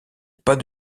pas